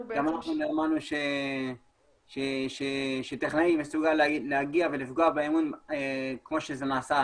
גם אנחנו לא האמנו שטכנאי מסוגל לפגוע באמון כפי שזה נעשה,